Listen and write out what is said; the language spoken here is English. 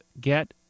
get